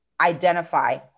identify